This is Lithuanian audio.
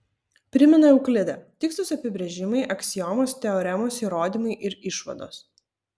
primena euklidą tikslūs apibrėžimai aksiomos teoremos įrodymai ir išvados